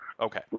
Okay